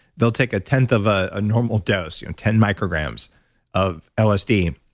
they'll take a tenth of ah a normal dose you know ten micrograms of lsd,